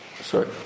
Sorry